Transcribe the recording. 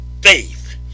faith